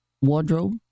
wardrobe